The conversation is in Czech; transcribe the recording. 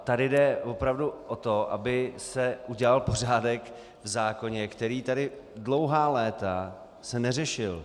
Tady jde opravdu o to, aby se udělal pořádek v zákoně, který se tady dlouhá léta neřešil.